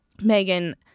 Megan